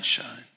shine